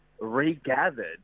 regathered